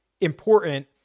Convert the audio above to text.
important